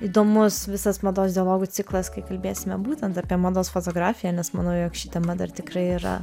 įdomus visas mados dialogų ciklas kai kalbėsime būtent apie mados fotografiją nes manau jog ši tema dar tikrai yra